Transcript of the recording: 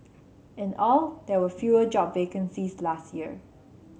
in all there were fewer job vacancies last year